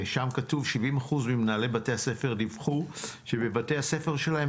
שם כתוב 70% ממנהלי בתי הספר דיווחו שבבתי-הספר שלהם